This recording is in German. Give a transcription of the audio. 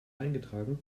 eingetragen